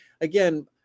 again